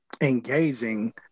Engaging